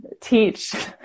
teach